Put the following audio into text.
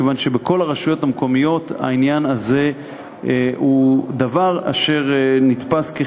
מכיוון שבכל הרשויות המקומיות העניין הזה נתפס כחיוני,